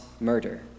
murder